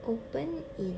open in